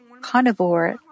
carnivore